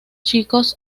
chicos